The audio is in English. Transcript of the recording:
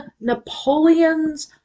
Napoleon's